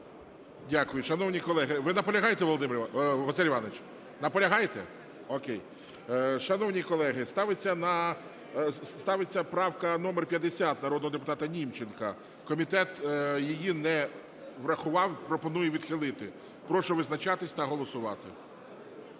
Окей. Шановні колеги, ставиться правка номер 50 народного депутата Німченка. Комітет її не врахував, пропонує відхилити. Прошу визначатись та голосувати.